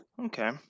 Okay